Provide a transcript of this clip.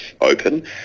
open